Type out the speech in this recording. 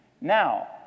Now